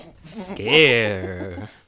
Scare